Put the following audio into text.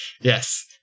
Yes